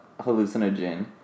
hallucinogen